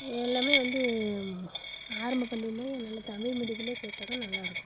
எல்லாமே வந்து ஆரம்ப பள்ளியிலே நல்லா தமிழ் மீடியத்திலே சேர்த்தா தான் நல்லாயிருக்கும்